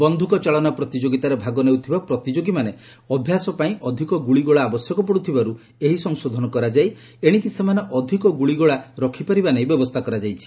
ବନ୍ଧୁକଚାଳନା ପ୍ରତିଯୋଗିତାରେ ଭାଗ ନେଉଥିବା ପ୍ରତିଯୋଗୀମାନେ ଅଭ୍ୟାସ ପାଇଁ ଅଧିକ ଗୁଳିଗୋଳା ଆବଶ୍ୟକ ପଡ଼ୁଥିବାରୁ ଏହି ସଂଶୋଧନ କରାଯାଇ ଏଣିକି ସେମାନେ ଅଧିକ ଗ୍ରଳିଗୋଳା ରଖିପାରିବା ନେଇ ବ୍ୟବସ୍ଥା କରାଯାଇଛି